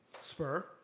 Spur